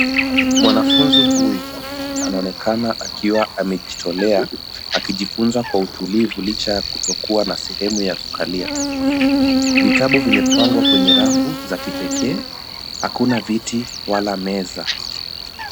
Mwanafunzi huyo anaonekana akiwa amejitolea, akijifunza kwa utulivu licha ya kutokuwa na sehemu ya kukalia. Vitabu vimepangwa kwenye rafu za kipekee, hakuna viti wala meza.